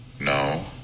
No